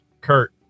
Kurt